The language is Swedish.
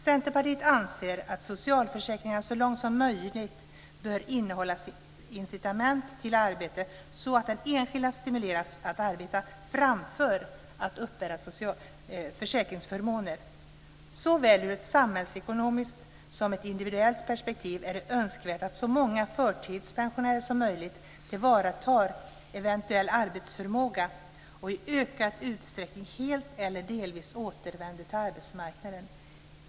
Centerpartiet anser att socialförsäkringarna så långt som möjligt bör innehålla incitament till arbete så att den enskilde stimuleras att arbeta, framför att uppbära försäkringsförmåner. Såväl ur ett samhällsekonomiskt som ur ett individuellt perspektiv är det önskvärt att så många förtidspensionärer som möjligt tillvaratar eventuell arbetsförmåga och i ökad utsträckning helt eller delvis återvänder till arbetsmarknaden.